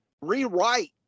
rewrite